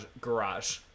garage